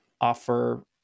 offer